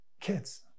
Kids